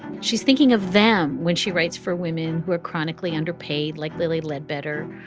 she's thinking of them when she writes for women who are chronically underpaid, like lilly ledbetter.